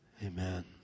Amen